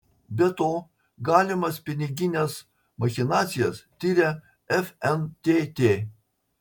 be to galimas pinigines machinacijas tiria fntt